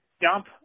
dump